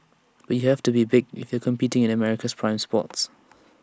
but you have to be big if you're competing in America's prime spots